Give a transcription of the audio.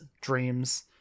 Dreams